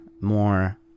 more